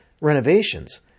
renovations